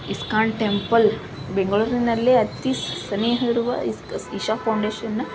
ISKCON temple ಬೆಂಗಳೂರಿನಲ್ಲಿ ಅತೀ ಸನಿಹ ಇರುವ ಇಸ್ಕಾ ಇಶಾ ಪೌಂಡೇಶನ್ನ